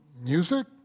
Music